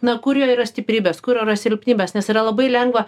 na kur yra jo stiprybės kur yra silpnybės nes yra labai lengva